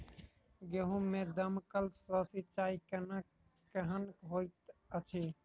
गेंहूँ मे दमकल सँ सिंचाई केनाइ केहन होइत अछि?